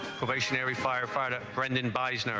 probationary firefighter but and and but you know